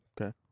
Okay